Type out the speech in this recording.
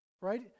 right